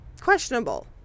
questionable